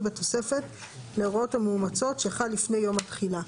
בתוספת להוראות המאומצות שחל לפני יום התחילה.